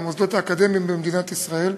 במוסדות האקדמיים במדינת ישראל.